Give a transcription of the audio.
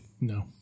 no